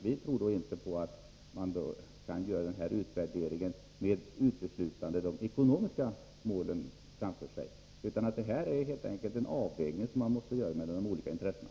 Vi tror inte att man kan göra denna utvärdering med uteslutande ekonomiska mål framför sig. Det är helt enkelt en avvägning, som man måste göra mellan de olika intressena.